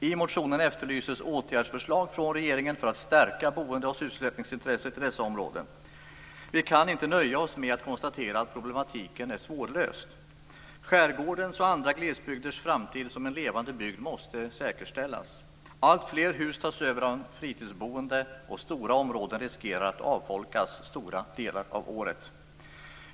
I motionen efterlyses åtgärdsförslag från regeringen för att stärka boende och sysselsättningsintresset i dessa områden. Vi kan inte nöja oss med att konstatera att problematiken är svårlöst. Skärgårdens och andra glesbygders framtid som levande bygder måste säkerställas. Alltfler hus tas över av fritidsboende, och stora områden riskerar att avfolkas stora delar av året.